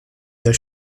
der